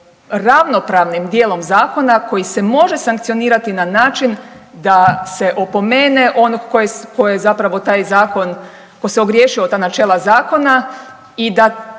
ravnopravnim dijelom zakona koji se može sankcionirati na način da se opomene onog koji je zapravo taj zakon ko se ogriješio o ta načela zakona i da